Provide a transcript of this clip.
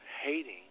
hating